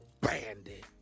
bandit